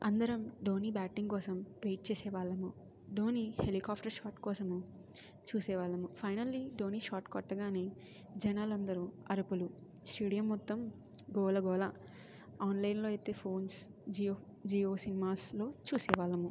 అందరం ధోని బ్యాటింగ్ కోసము వెయిట్ చేసేవాళ్ళము ధోని హెలికాఫ్టర్ షాట్ కోసము చూసేవాళ్ళము ఫైనల్లీ ధోని షాట్ కొట్టగానే జనాలు అందరూ అరుపులు స్టేడియం మొత్తం గోల గోల ఆన్లైన్లో అయితే ఫోన్స్ జియో జియో సినీమాస్లో చూసేవాళ్ళము